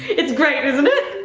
it's great, isn't it?